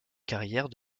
carrière